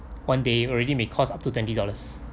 one day already may cost up to twenty dollars